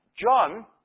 John